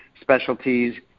specialties